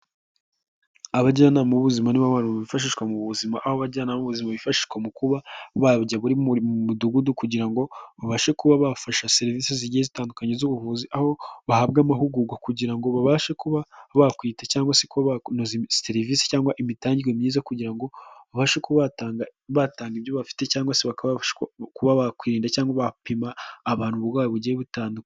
Abajyanama b'ubuzima ni bo bantu bifashishwa mu buzima aho abajyanama b'ubuzima bifashishwa mu kuba bajya muri buri mudugudu kugira ngo babashe kuba bafasha serivisi zigiye zitandukanye z'ubuvuzi aho bahabwa amahugurwa kugira ngo babashe kuba bakwita cyangwa se kuba banoza serivisi cyangwa imitangigire myiza kugira ngo babashe kuba batanga ibyo bafite cyangwa se kuba bakwirinda cyangwa bapima abantu uburwayi bugiye butandukanye.